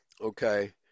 Okay